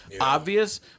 obvious